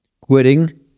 Quitting